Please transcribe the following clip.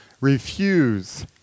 refuse